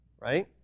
right